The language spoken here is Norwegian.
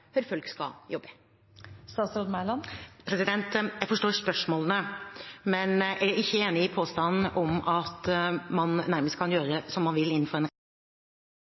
Jeg forstår spørsmålene, men jeg er ikke enig i påstanden om at man nærmest kan gjøre som man vil innenfor